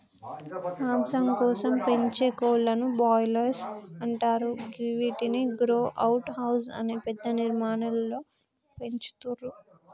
మాంసం కోసం పెంచే కోళ్లను బ్రాయిలర్స్ అంటరు గివ్విటిని గ్రో అవుట్ హౌస్ అనే పెద్ద నిర్మాణాలలో పెంచుతుర్రు